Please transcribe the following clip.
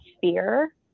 fear